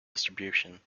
distribution